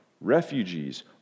refugees